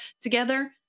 together